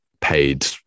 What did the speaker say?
Paid